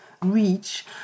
reach